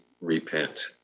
repent